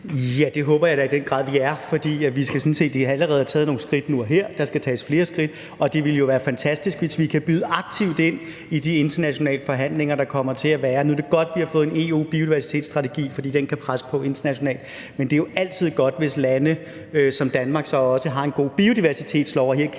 Ja, det håber jeg da i den grad vi er, for vi skal sådan set allerede have taget nogle skridt nu og her, og der skal tages flere skridt, og det ville jo være fantastisk, hvis vi kan byde aktivt ind i de internationale forhandlinger, der kommer til at være. Nu er det godt, vi har fået en EU-biodiversitetsstrategi, for den kan presse på internationalt, og det er jo altid godt, hvis lande som Danmark også har en god biodiversitetslov – og her